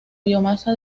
biomasa